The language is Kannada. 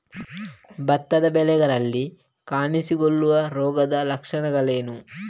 ಭತ್ತದ ಬೆಳೆಗಳಲ್ಲಿ ಕಾಣಿಸಿಕೊಳ್ಳುವ ರೋಗದ ಲಕ್ಷಣಗಳೇನು?